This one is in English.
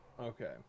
Okay